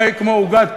הרי כמו עוגת פירורים,